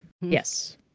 Yes